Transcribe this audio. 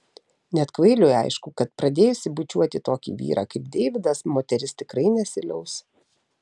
net kvailiui aišku kad pradėjusi bučiuoti tokį vyrą kaip deividas moteris tikrai nesiliaus